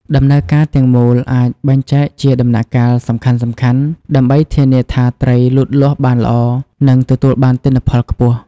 ដំណើរការទាំងមូលអាចបែងចែកជាដំណាក់កាលសំខាន់ៗ ដើម្បីធានាថាត្រីលូតលាស់បានល្អ និងទទួលបានទិន្នផលខ្ពស់។